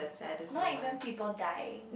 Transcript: not even people dying